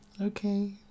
Okay